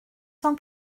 cent